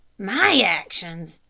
my actions?